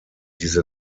diese